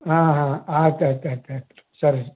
ಹಾಂ ಹಾಂ ಆಯ್ತು ಆಯ್ತು ಆಯ್ತು ಆಯ್ತು ಸರಿ